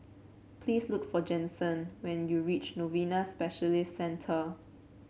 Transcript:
please look for Jensen when you reach Novena Specialist Centre